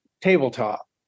tabletop